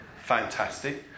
Fantastic